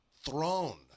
throne